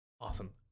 Awesome